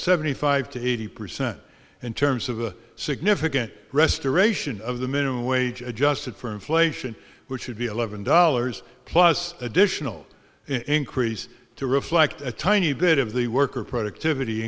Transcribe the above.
seventy five to eighty percent in terms of a significant restoration of the minimum wage adjusted for inflation which would be eleven dollars plus additional increase to reflect a tiny bit of the worker productivity